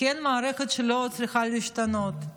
כי אין מערכת שלא צריכה להשתנות,